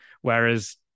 Whereas